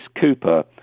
cooper